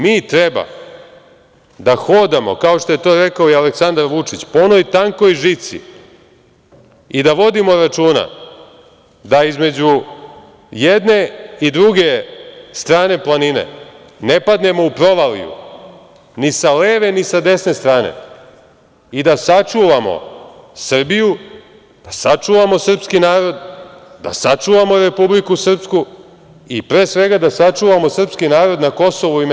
Mi treba da hodamo, kao što je to rekao i Aleksandar Vučić, po onoj tankoj žici i da vodimo računa da između jedne i druge strane planine ne padnemo u provaliju, ni sa leve, ni sa desne strane i da sačuvamo Srbiju, da sačuvamo srpski narod, da sačuvamo Republiku Srpsku i pre svega da sačuvamo srpski narod na KiM.